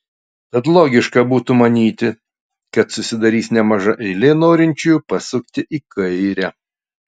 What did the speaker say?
tad logiška būtų manyti kad susidarys nemaža eilė norinčiųjų pasukti į kairę